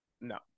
No